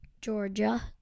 Georgia